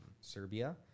Serbia